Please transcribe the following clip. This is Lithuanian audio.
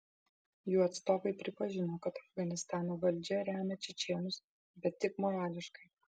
jų atstovai pripažino kad afganistano valdžia remia čečėnus bet tik morališkai